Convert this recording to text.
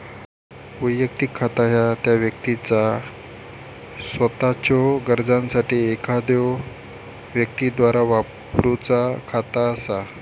वैयक्तिक खाता ह्या त्या व्यक्तीचा सोताच्यो गरजांसाठी एखाद्यो व्यक्तीद्वारा वापरूचा खाता असा